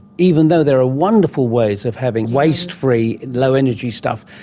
even though there are wonderful ways of having wasted free and low energy stuff,